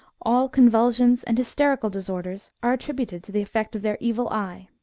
all convulsions and hysterical disorders are attributed to the effect of their evil eye.